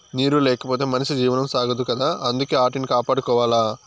నీరు లేకపోతె మనిషి జీవనం సాగదు కదా అందుకే ఆటిని కాపాడుకోవాల